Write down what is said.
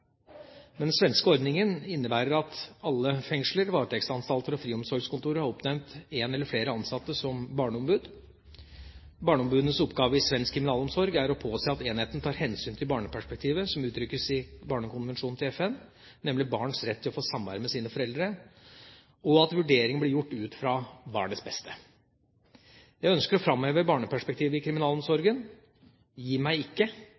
Den svenske ordningen innebærer at alle fengsler, varetektsanstalter og friomsorgskontorer har oppnevnt en eller flere ansatte som barneombud. Barneombudenes oppgave i svensk kriminalomsorg er å påse at enheten tar hensyn til barneperspektivet som uttrykkes i FNs barnekonvensjon – nemlig barns rett til å få samvær med sine foreldre, og at vurderinger blir gjort ut fra barnas beste. Jeg ønsker å framheve barneperspektivet i kriminalomsorgen – jeg gir meg ikke